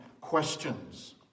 questions